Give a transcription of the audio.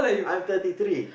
I'm thirty three